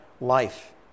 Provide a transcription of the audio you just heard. life